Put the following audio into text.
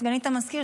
סגנית המזכיר,